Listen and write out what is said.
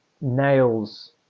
nails